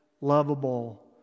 lovable